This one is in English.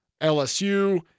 LSU